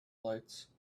lights